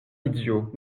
idiot